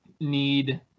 need